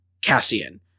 Cassian